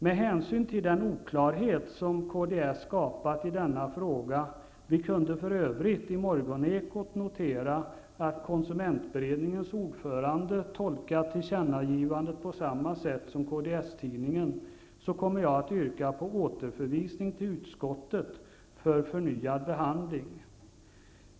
Med tanke på den oklarhet som Kds skapat i denna fråga -- vi kunde i Morgonekot notera att konsumentberedningens ordförande tolkat tillkännagivandet på samma sätt som Kdstidningen -- kommer jag att yrka på återförvisning av ärendet till utskottet för förnyad behandling.